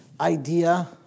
idea